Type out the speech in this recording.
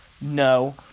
No